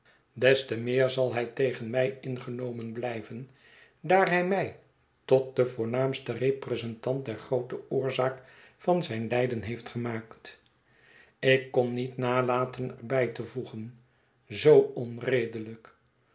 des te meer zal hij tegen mij ingenomen blijven daar hij mij tot den voornaamsten representant der groote oorzaak van zijn lijden heeft gemaakt ik kon niet nalaten er bij te voegen zoo onredelijk